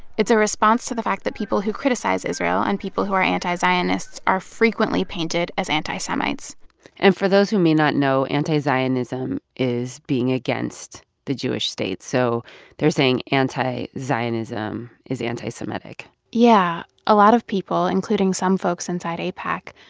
it's a response to the fact that people who criticize israel and people who are anti-zionists are frequently painted as anti-semites and for those who may not know, anti-zionism is being against the jewish state. so they're saying anti-zionism is anti-semitic yeah. a lot of people, including some folks inside aipac,